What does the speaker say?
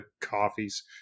coffees